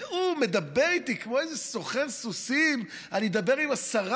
והוא מדבר איתי כמו איזה סוחר סוסים: אני אדבר עם השרה.